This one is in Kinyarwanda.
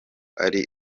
ari